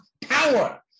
power